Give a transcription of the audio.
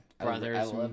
brothers